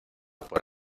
por